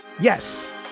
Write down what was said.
yes